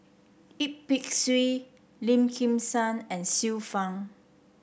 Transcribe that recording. Yip Pin Xiu Lim Kim San and Xiu Fang